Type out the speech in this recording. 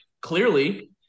clearly –